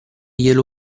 glielo